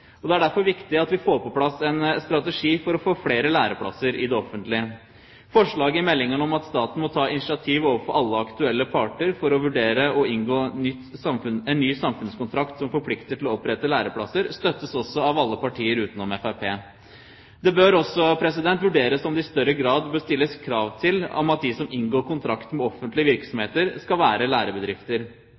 læreplass. Det er derfor viktig at vi får på plass en strategi for å få flere læreplasser i det offentlige. Forslaget i meldingen om at staten må ta «initiativ overfor alle aktuelle parter for å vurdere å inngå en ny samfunnskontrakt om forpliktelser til å opprette læreplasser», støttes av alle partier utenom Fremskrittspartiet. Det bør også vurderes om det i større grad bør stilles krav om at de som inngår kontrakt med offentlige virksomheter, skal være lærebedrifter.